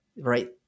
right